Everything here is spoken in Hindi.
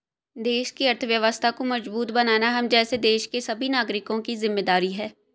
देश की अर्थव्यवस्था को मजबूत बनाना हम जैसे देश के सभी नागरिकों की जिम्मेदारी है